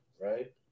right